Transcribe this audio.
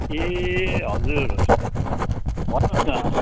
ए हजुर भन्नुहोस् न